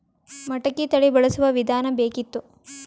ಮಟಕಿ ತಳಿ ಬಳಸುವ ವಿಧಾನ ಬೇಕಿತ್ತು?